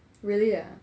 really ah